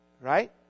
Right